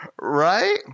right